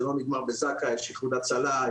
זה לא נגמר בזק"א יש איחוד והצלה,